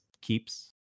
keeps